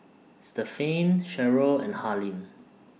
Stephaine Sherrill and Harlene